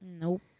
Nope